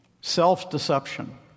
Self-deception